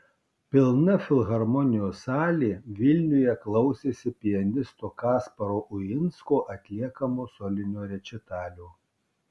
pilna filharmonijos salė vilniuje klausėsi pianisto kasparo uinsko atliekamo solinio rečitalio